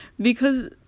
because-